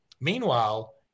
Meanwhile